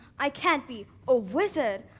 i can't be a wizard.